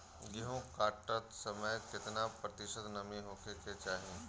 गेहूँ काटत समय केतना प्रतिशत नमी होखे के चाहीं?